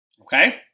okay